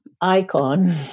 icon